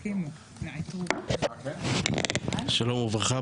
צריך לחכות לחבר הכנסת קרויזר,